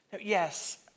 Yes